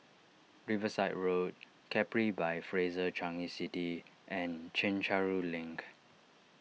Riverside Road Capri by Fraser Changi City and Chencharu Link